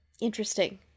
Interesting